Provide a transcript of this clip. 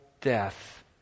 death